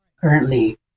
currently